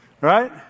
right